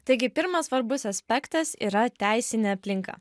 taigi pirmas svarbus aspektas yra teisinė aplinka